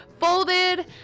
folded